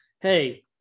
Hey